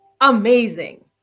amazing